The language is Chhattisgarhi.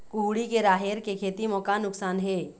कुहड़ी के राहेर के खेती म का नुकसान हे?